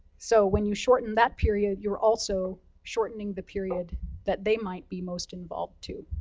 so when you shorten that period, you're also shortening the period that they might be most involved, too.